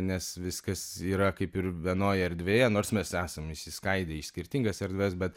nes viskas yra kaip ir vienoj erdvėje nors mes esam išsiskaidę į skirtingas erdves bet